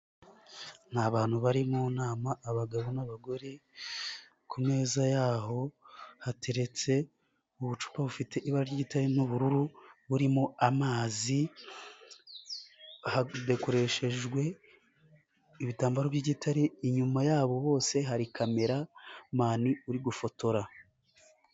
Ni abantu bari mu nama abagabo n'abagore, ku meza y'aho hateretse ubucupa bufite ibara ry'igitare n'ubururu burimo amazi, hadekoresheje ibitambaro by'igitare, inyuma yabo bose hari kameramani uri gufotora.